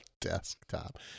desktop